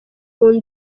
zose